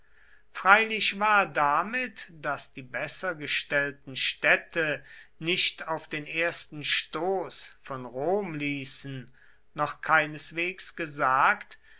freilich war damit daß die besser gestellten städte nicht auf den ersten stoß von rom ließen noch keineswegs gesagt